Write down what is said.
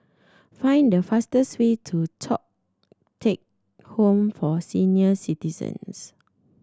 find the fastest way to Thong Teck Home for Senior Citizens